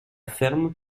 ferme